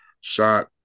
shot